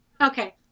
Okay